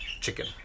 chicken